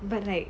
but like